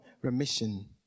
remission